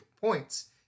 points